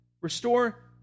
Restore